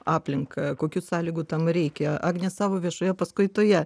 aplinką kokių sąlygų tam reikia agne savo viešoje paskaitoje